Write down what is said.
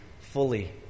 fully